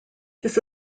this